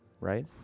right